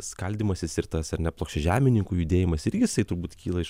skaldymasis ir tas ar ne plokščiažemininkų judėjimas irgi jisai turbūt kyla iš